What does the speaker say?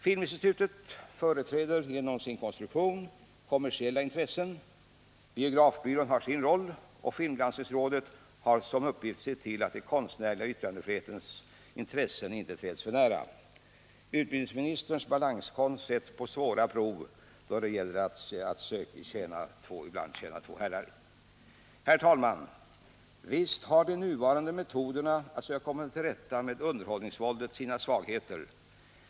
Filminstitutet företräder genom sin konstruktion kommersiella intressen, biografbyrån har sin roll och filmgranskningsrådet har som uppgift att se till att de konstnärliga intressena och yttrandefrihetens intressen inte träds för nära. Utbildningsministerns balanskonst sätts på svåra prov då det gäller att ibland tjäna två herrar. Herr talman! Visst har de nuvarande metoderna att söka komma till rätta med underhållningsvåldet sina svagheter.